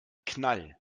knall